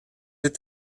est